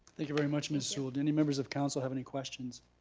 thank you very much miss sewell. do any members of council have any questions?